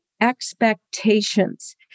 expectations